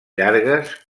llargues